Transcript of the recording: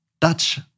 Dutch